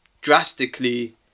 drastically